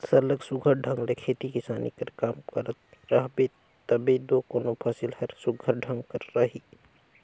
सरलग सुग्घर ढंग ले खेती किसानी कर काम करत रहबे तबे दो कोनो फसिल हर सुघर ढंग कर रही